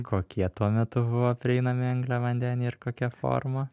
kokie tuo metu buvo prieinami angliavandeniai ir kokia forma